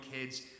kids